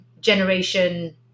generation